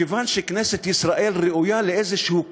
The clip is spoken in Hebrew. מכיוון שכנסת ישראל ראויה לאיזשהו גנאי,